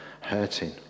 hurting